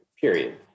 period